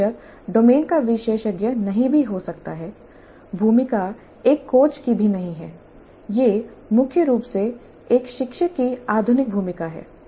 तो शिक्षक डोमेन का विशेषज्ञ नहीं भी हो सकता है भूमिका एक कोच की भी नहीं है यह मुख्य रूप से एक शिक्षक की अधिक भूमिका है